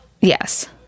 Yes